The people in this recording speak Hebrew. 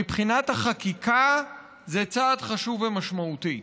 מבחינת החקיקה זה צעד חשוב ומשמעותי,